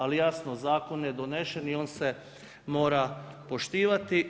Ali jasno zakon je donesen i on se mora poštivati.